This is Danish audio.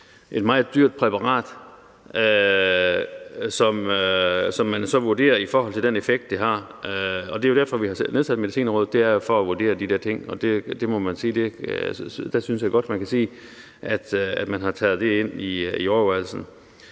et meget dyrt præparat, som man så vurderer i forhold til den effekt, det har. Det er derfor, vi har nedsat Medicinrådet, nemlig for at vurdere de der ting, og jeg synes godt, man kan sige, at man har taget det med i overvejelserne.